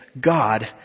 God